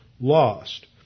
lost